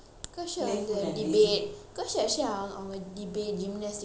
kershav actually ah அவுங்க:avunga debate gymnastics எல்லாம் அனுப்பினால்:ellam aanuppinal very good you know because